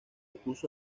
puso